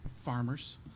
farmers